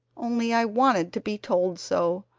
only i wanted to be told so,